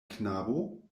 knabo